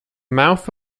mouth